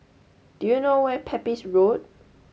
do you know where is Pepys Road